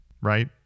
right